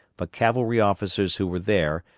but cavalry officers who were there,